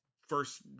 First